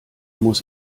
muss